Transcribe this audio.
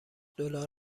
دلار